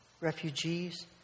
refugees